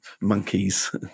monkeys